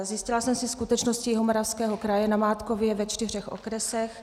Zjistila jsem si skutečnost Jihomoravského kraje namátkově ve čtyřech okresech.